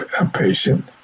impatient